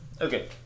Okay